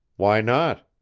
why not?